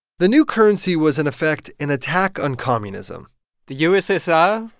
the new currency was, in effect, an attack on communism the ussr,